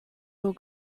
will